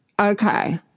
Okay